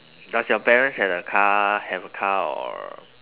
does your parents had a car have a car or